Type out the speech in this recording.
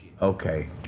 Okay